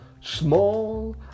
small